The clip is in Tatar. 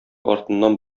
артыннан